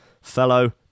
fellow